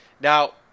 Now